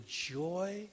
joy